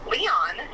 Leon